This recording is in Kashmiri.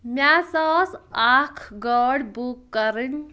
مےٚ سا ٲس اکھ گٲڑۍ بُک کَرٕنۍ